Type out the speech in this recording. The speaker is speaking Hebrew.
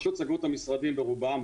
פשוט סגרו את המשרדים ברובם,